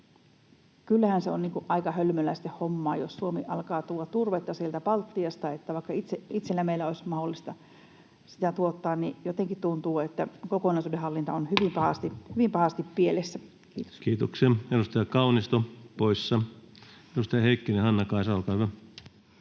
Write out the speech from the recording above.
kyllähän se on niin kuin aika hölmöläisten hommaa, jos Suomi alkaa tuoda turvetta Baltiasta, vaikka meillä itsellä olisi mahdollista sitä tuottaa. Jotenkin tuntuu, että kokonaisuuden hallinta on hyvin pahasti, hyvin pahasti pielessä. — Kiitos. Kiitoksia. — Edustaja Kaunisto poissa. — Edustaja Heikkinen, Hannakaisa, olkaa hyvä.